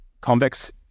Convex